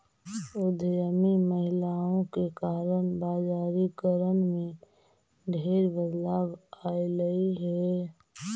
उद्यमी महिलाओं के कारण बजारिकरण में ढेर बदलाव अयलई हे